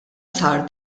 sar